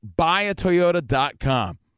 buyatoyota.com